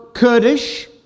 Kurdish